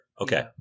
Okay